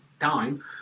time